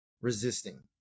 resisting